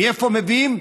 מאיפה מביאים?